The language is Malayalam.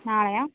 നാളെയാണോ